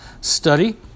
study